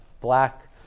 black